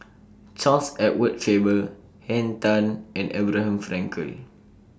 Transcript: Charles Edward Faber Henn Tan and Abraham Frankel